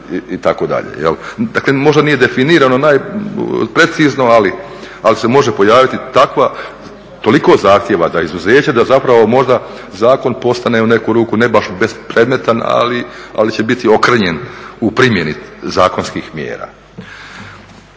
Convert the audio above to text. Dakle, možda nije definirano precizno, ali se može pojaviti takva, toliko zahtjeva za izuzeće da zapravo možda zakon postane u neku ruku ne baš bespredmetan ali će biti okrnjen u primjeni zakonskih mjera.